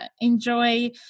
enjoy